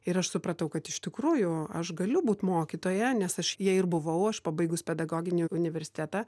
ir aš supratau kad iš tikrųjų aš galiu būt mokytoja nes aš ja ir buvau aš pabaigus pedagoginį universitetą